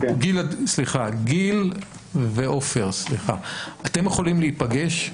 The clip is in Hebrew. גיל ועופר, אתם יכולים להיפגש?